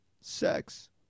sex